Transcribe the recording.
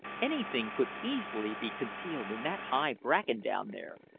anything could easily be concealed in that high bracken down there.